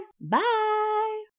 Bye